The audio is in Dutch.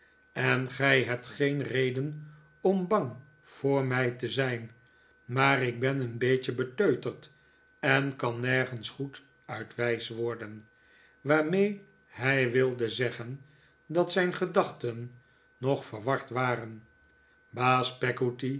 en gij hebt geen reden om bang voor mij te zijn maar ik ben een beetje beteuterd en kan nergens goed uit wijs worden waarmee hij wilde zeggen dat zijn gedachten nog verward waren baas